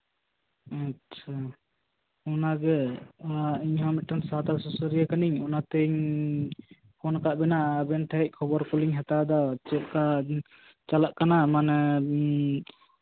ᱟᱪᱪᱷᱟ ᱚᱱᱟᱜᱮ ᱤᱧᱦᱚᱸ ᱢᱤᱫᱴᱟᱱ ᱥᱟᱶᱛᱟ ᱥᱩᱥᱟᱹᱨᱤᱭᱟ ᱠᱟᱱᱟᱧ ᱯᱷᱳᱱ ᱠᱟᱜ ᱵᱮᱱᱟ ᱟᱵᱮᱱ ᱴᱷᱮᱱ ᱠᱷᱚᱵᱚᱨ ᱠᱚᱞᱤᱧ ᱦᱟᱛᱟᱣᱫᱟ ᱪᱮᱫᱠᱟ ᱪᱟᱞᱟᱜ ᱠᱟᱱᱟ